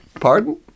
Pardon